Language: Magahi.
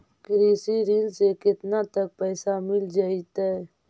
कृषि ऋण से केतना तक पैसा मिल जइतै?